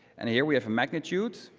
and here, we have a magnitude.